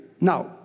now